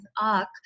arc